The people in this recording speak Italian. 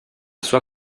sua